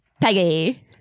Peggy